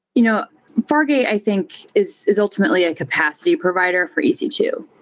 you know fargate i think is is ultimately a capacity provider for e c two.